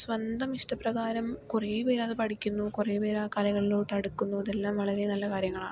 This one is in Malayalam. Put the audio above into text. സ്വന്തം ഇഷ്ടപ്രകാരം കുറേ പേര് അത് പഠിക്കുന്നു കുറെ പേര് ആ കലകളിലോട്ട് അടുക്കുന്നു ഇതെല്ലാം വളരെ നല്ല കാര്യങ്ങളാണ്